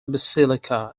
basilica